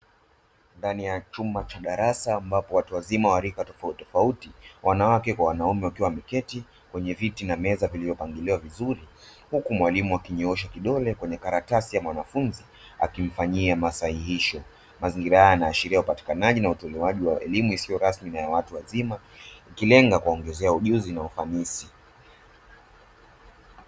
Ndani ya chumba cha darasa ambapo watu wazima wa raka tofauti tofauti wanawake kwa wanaume wakiwa wameketi kwenye viti na meza vilivyopangiliwa vizuri huku mwalimu akinyoosha kidole kwenye karatasi ya mwanafunzi akimfanyia masahihisho ,mazingira hayana yanaashiria upatikanaji na utolewaji wa elimu isiyo rasmi na watu wazima ikilenga kuongezeka ujuzi na ufanisi.